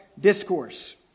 discourse